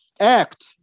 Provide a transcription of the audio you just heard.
act